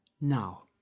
now